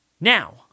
Now